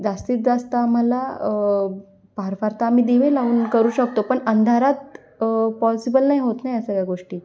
जास्तीत जास्त आम्हाला फार फार तर आम्ही दिवे लाऊन करू शकतो पण अंधारात पॉसिबल नाही होत ना या सगळ्या गोष्टी